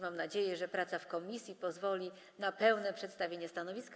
Mam nadzieję, że praca w komisji pozwoli na pełne przedstawienie stanowiska.